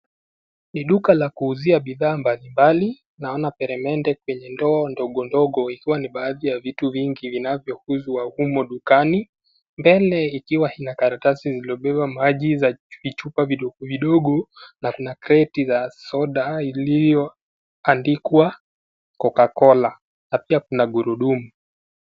Ni duka la kuuzia bidhaa mbalimbali. Naona peremede kwenye ndoo ndogo ndogo ikiwa ni baadhi ya vitu vingi vinavyouzwa humo dukani. Mbele ikiwa ina karatasi ziliobeba maji za vichupa vidogo vidogo na kuna kreti za soda ilioandikwa Cocacola. Na pia kuna gurudumu.